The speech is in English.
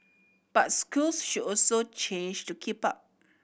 but schools should also change to keep up